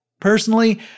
Personally